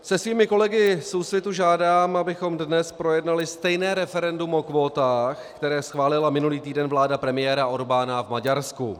Se svými kolegy z Úsvitu žádám, abychom dnes projednali stejné referendum o kvótách, které schválila minulý týden vláda premiéra Orbána v Maďarsku.